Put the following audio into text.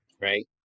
Right